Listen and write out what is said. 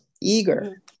Eager